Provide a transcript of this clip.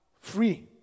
Free